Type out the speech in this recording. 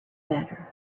better